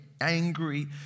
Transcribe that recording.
angry